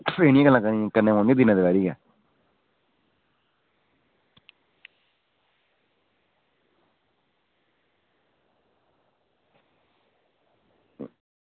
एह् नेहियां गल्लां करना पौंदियां दिनें दपैह्रीं गै